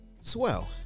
swell